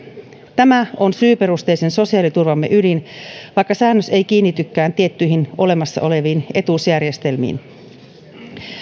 tämä on syyperusteisen sosiaaliturvamme ydin vaikka säännös ei kiinnitykään tiettyihin olemassa oleviin etuusjärjestelmiin